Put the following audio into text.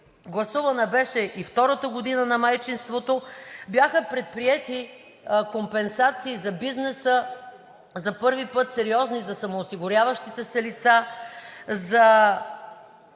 Гласувана беше и втората година на майчинството, бяха предприети компенсации за бизнеса, за първи път сериозни за самоосигуряващите се лица, за